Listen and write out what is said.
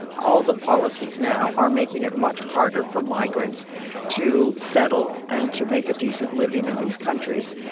all the policies now are making it much harder for migrants to settle and to make a decent living in these countries.